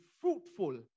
fruitful